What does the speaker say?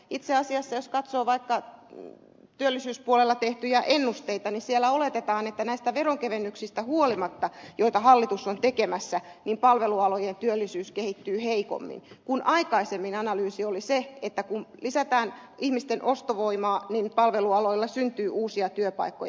itse asiassa jos katsoo vaikka työllisyyspuolella tehtyjä ennusteita niin siellä oletetaan että näistä veronkevennyksistä huolimatta joita hallitus on tekemässä palvelualojen työllisyys kehittyy heikommin kun aikaisemmin analyysi oli se että kun lisätään ihmisten ostovoimaa niin palvelualoilla syntyy uusia työpaikkoja